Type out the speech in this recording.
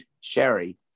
Sherry